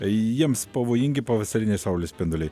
jiems pavojingi pavasarinės saulės spinduliai